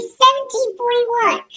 1741